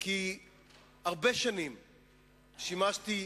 כי הרבה שנים שימשתי,